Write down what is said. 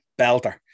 Belter